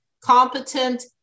competent